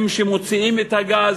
הם שמוציאים את הגז,